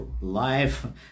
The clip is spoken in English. live